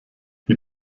die